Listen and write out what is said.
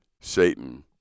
Satan